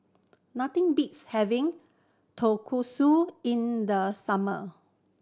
nothing beats having Tonkatsu in the summer